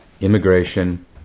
Immigration